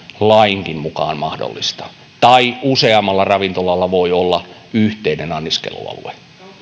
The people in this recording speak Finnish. lainkin mukaan mahdollista tai useammalla ravintolalla voi olla yhteinen anniskelualue